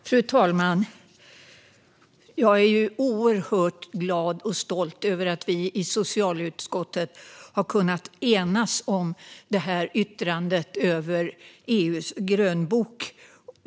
Fru talman! Jag är oerhört glad och stolt över att vi i socialutskottet har kunnat enas om yttrandet över EU:s grönbok.